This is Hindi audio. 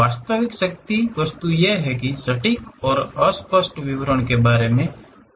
वास्तविक शक्ति वस्तु यह है की सटीक और अस्पष्ट विवरण के बारे में है